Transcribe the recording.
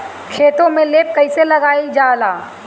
खेतो में लेप कईसे लगाई ल जाला?